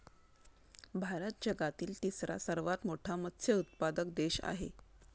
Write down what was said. भारत जगातील तिसरा सर्वात मोठा मत्स्य उत्पादक देश आहे